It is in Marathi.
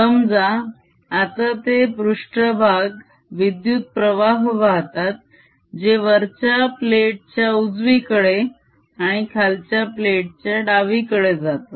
समजा आता ते पृष्ट्भाग विद्युत प्रवाह वाहतात जे वरच्या प्लेट च्या उजवीकडे आणि खालच्या प्लेट च्या डावीकडे जातात